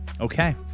Okay